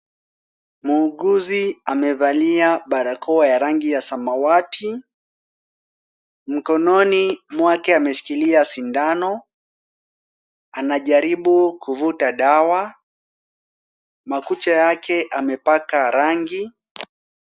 Muuguzi amevalia barakoa ya rangi ya samawati. Mkononi mwake ameshikilia sindano, anajaribu kuvuta dawa. Makucha yake amepaka rangi.